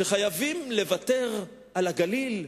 חייבים לוותר על הגליל,